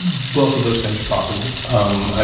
both of those things are possible um ah